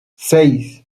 seis